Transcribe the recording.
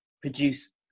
produce